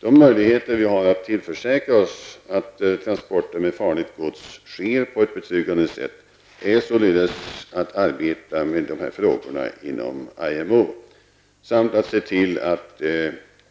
De möjligheter vi har att tillförsäkra oss att transporter med farligt gods sker på ett betryggande sätt är således att arbeta med dessa frågor inom IMO , samt att se till att